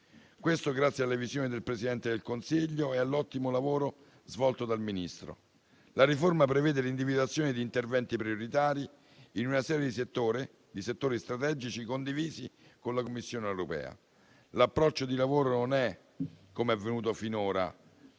inutili, grazie alla visione del Presidente del Consiglio e all'ottimo lavoro svolto dal Ministro. La riforma prevede l'individuazione di interventi prioritari in una serie di settori strategici condivisi con la Commissione europea. L'approccio di lavoro non è - come avvenuto finora